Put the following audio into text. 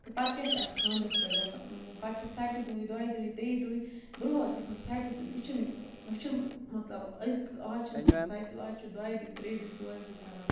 تہٕ پَتہٕ کیٛاہ چھِ اَتھ خاندرَس پٮ۪ٹھ گژھان پَتہٕ چھِ سَتہِ دۄہہِ دۄیہِ ترٛیٚیہِ درٛۄہہِ برٛونٛہہ ٲس گژھان سَتہِ دۄہہِ وۄنۍ چھِنہٕ وۄنۍ چھُنہٕ مطلب أزۍ آز چھِنہٕ گژھان ستہِ دۄہہِ آز چھِ دۄیہِ دُہہِ ترٛیٚیہِ دۄہہِ ژورِ دۄہہِ کَران